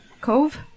Cove